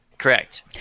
Correct